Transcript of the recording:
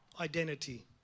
identity